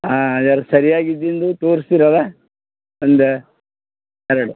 ಹಾಂ ಅದೆಲ್ಲ ಸರ್ಯಾಗಿ ಇದ್ದಿದು ತೋರ್ಸ್ತಿರಲ್ಲಾ ಒಂದಾ ಎರಡು